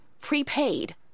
prepaid